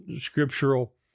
scriptural